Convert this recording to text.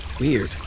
Weird